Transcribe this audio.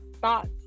thoughts